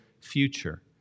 future